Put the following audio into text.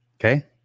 Okay